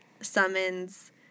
summons